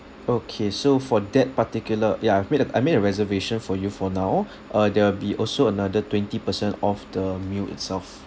okay so for that particular ya I've made a I made a reservation for you for now uh there will be also another twenty percent off the meal itself